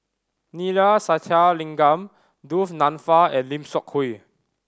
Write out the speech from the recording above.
Neila Sathyalingam Du Nanfa and Lim Seok Hui